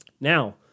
Now